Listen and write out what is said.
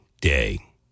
Day